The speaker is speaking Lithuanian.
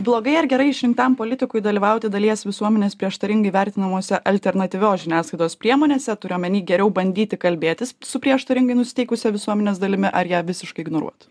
blogai ar gerai išrinktam politikui dalyvauti dalies visuomenės prieštaringai vertinamose alternatyvios žiniasklaidos priemonėse turiu omeny geriau bandyti kalbėtis su prieštaringai nusiteikusia visuomenės dalimi ar ją visiškai ignoruot